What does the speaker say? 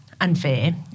unfair